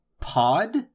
pod